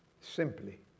simply